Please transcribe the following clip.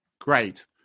great